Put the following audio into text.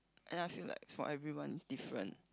and I feel like is for everyone it's different